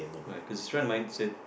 right cause this friend of mine said